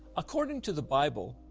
according to the bible,